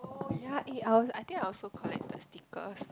oh ya eh I think I also collect the stickers